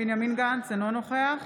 בנימין גנץ, אינו נוכח